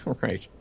right